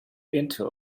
into